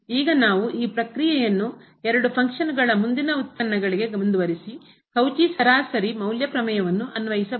ಈಗ ನಾವು ಈ ಪ್ರಕ್ರಿಯೆಯನ್ನು ಎರಡು ಫಂಕ್ಷನಗಳ ಕಾರ್ಯಗಳ ಮುಂದಿನ ವ್ಯುತ್ಪನ್ನಗಳಿಗೆ ಮುಂದುವರೆಸಿ ಕೌಚಿಯ ಸರಾಸರಿ ಮೌಲ್ಯ ಪ್ರಮೇಯವನ್ನು ಅನ್ವಯಿಬಹುದು